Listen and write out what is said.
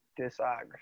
discography